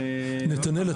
נתנאל,